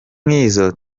nk’izo